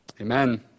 Amen